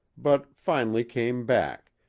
but finally came back,